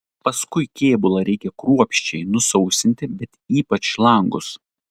paskui kėbulą reikia kruopščiai nusausinti bet ypač langus